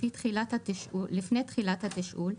לפני תחילת התשאול,